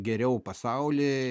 geriau pasaulį